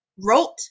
wrote